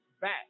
back